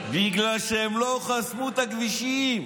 לא בגלל שהם חסמו את הכבישים,